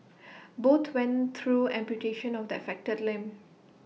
both went through amputation of the affected limb